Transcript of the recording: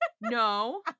No